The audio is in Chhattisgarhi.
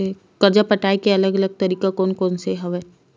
कर्जा पटाये के अलग अलग तरीका कोन कोन से हे?